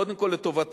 קודם כול לטובתה,